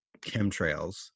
chemtrails